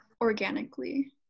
organically